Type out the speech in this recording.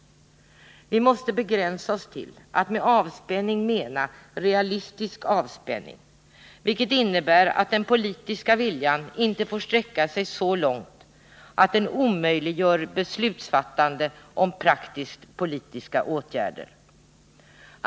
Vi måste begränsa oss till att med avspänning mena realistisk avspänning, som innebär att den politiska viljan inte får sträcka sig så långt att den omöjliggör beslutsfattande om praktiskt politiska åtgärder.